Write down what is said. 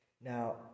Now